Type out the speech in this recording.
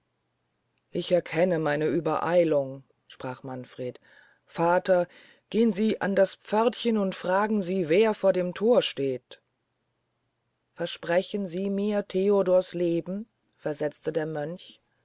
ich erkenne meine uebereilung sprach manfred vater gehn sie an das pförtchen und fragen sie wer vor dem thor ist versprechen sie mir theodors leben versetzte der mönch